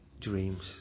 dreams